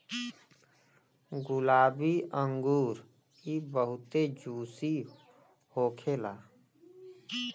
गुलाबी अंगूर इ बहुते जूसी होखेला